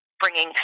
bringing